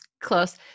close